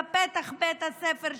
בפתח בית הספר שלה,